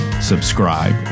subscribe